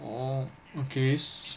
orh okay s~